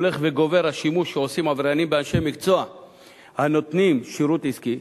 הולך וגובר השימוש שעושים העבריינים באנשי מקצוע הנותנים שירות עסקי,